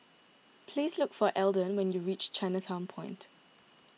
please look for Elden when you reach Chinatown Point